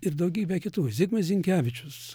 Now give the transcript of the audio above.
ir daugybę kitų zigmas zinkevičius